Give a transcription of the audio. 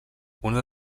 una